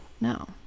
No